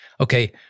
Okay